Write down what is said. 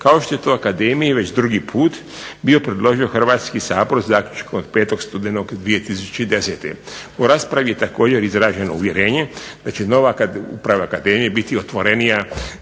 kao što je to akademiji već drugi put bio predložio Hrvatski sabor zaključno od 5. studenog 2010. U raspravi je također izraženo uvjerenje da će nova uprava akademije biti otvorenija